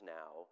now